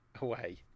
away